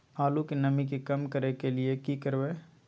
आलू के नमी के कम करय के लिये की करबै?